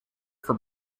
for